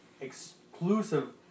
exclusive